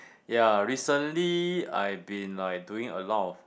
ya recently I been like doing a lot of